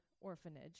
orphanage